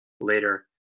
later